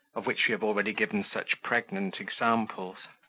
of which we have already given such pregnant examples.